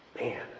Man